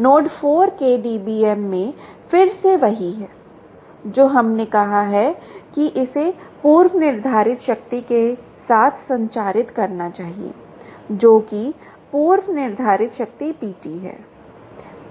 node 4 के dBm में फिर से वही है जो हमने कहा है कि इसे पूर्वनिर्धारित शक्ति के साथ संचारित करना चाहिए जो कि पूर्वनिर्धारित शक्ति PT है